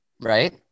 right